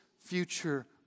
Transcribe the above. future